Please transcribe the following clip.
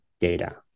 data